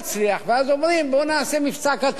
ואז אומרים: בוא נעשה מבצע קטן,